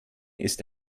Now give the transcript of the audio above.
ist